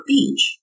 Beach